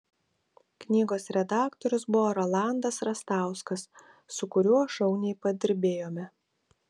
knygos redaktorius buvo rolandas rastauskas su kuriuo šauniai padirbėjome